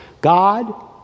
God